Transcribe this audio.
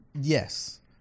Yes